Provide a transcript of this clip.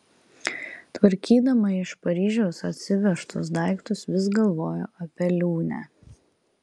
tvarkydama iš paryžiaus atsivežtus daiktus vis galvojo apie liūnę